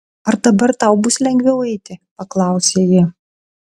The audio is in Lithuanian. ar dabar tau bus lengviau eiti paklausė ji